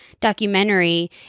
documentary